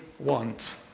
Want